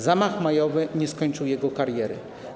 Zamach majowy nie zakończył jego kariery.